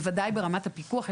בוודאי ברמת הפיקוח.